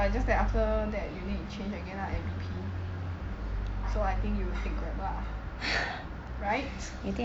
but it's just that after that you need to change again lah so I think you will take grab lah right